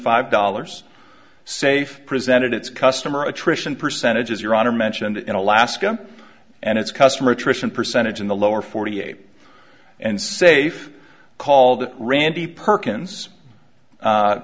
five dollars safe presented its customer attrition percentages your honor mentioned in alaska and its customer attrition percentage in the lower forty eight and safe called randy perkins a